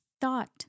thought